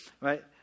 right